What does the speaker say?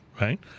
right